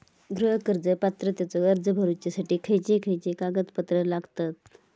गृह कर्ज पात्रतेचो अर्ज भरुच्यासाठी खयचे खयचे कागदपत्र लागतत?